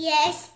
Yes